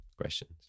questions